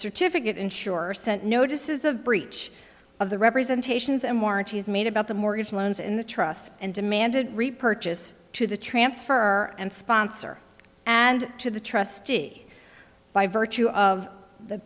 certificate insurer sent notices of breach of the representations and warranties made about the mortgage loans in the trust and demanded repurchase to the transfer and sponsor and to the trustee by virtue of the